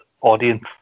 audience